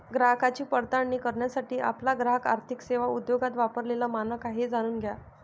ग्राहकांची पडताळणी करण्यासाठी आपला ग्राहक आर्थिक सेवा उद्योगात वापरलेला मानक आहे हे जाणून घ्या